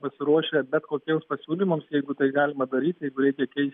pasiruošę bet kokiems pasiūlymams jeigu tai galima daryti jeigu reikia keist